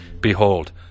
behold